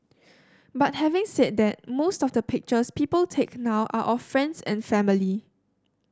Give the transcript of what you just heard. but having said that most of the pictures people take now are of friends and family